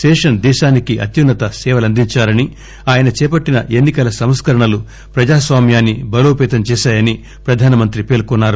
శేషన్ దేశానికి అత్యున్నత సేవలందించారని ఆయన చేపట్టిన ఎన్నికల సంస్కరణలు ప్రజాస్వామ్యాన్ని బలోపేతం చేశాయని ప్రధానమంత్రి పేర్కొన్నారు